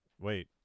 Wait